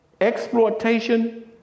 exploitation